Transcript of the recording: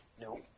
No